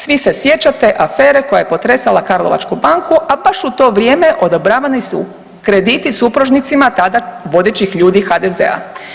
Svi se sjećate afere koja je potresala Karlovačku banku, a baš u to vrijeme odobravani su krediti supružnicima tada vodećih ljudi HDZ-a.